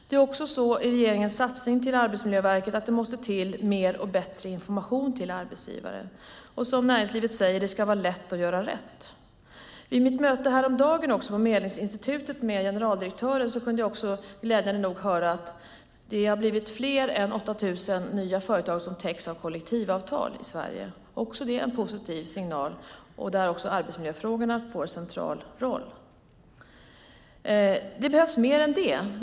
Det är också så att det i regeringens satsning på Arbetsmiljöverket måste till mer och bättre information till arbetsgivaren. Och som näringslivet säger ska det vara lätt att göra rätt. Vid mitt möte häromdagen med Medlingsinstitutets generaldirektör kunde jag glädjande nog höra att det har blivit fler än 8 000 nya företag som täcks av kollektivavtal i Sverige, också det en positiv signal. Där får också miljöfrågorna en central roll. Det behövs mer än det.